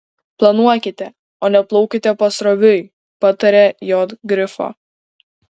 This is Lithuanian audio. planuokite o ne plaukite pasroviui pataria j grifo